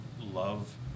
love